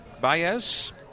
Baez